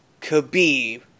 Khabib